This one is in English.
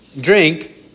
drink